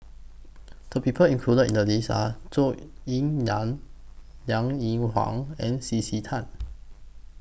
The People included in The list Are Zhou Ying NAN Liang Eng Hwa and C C Tan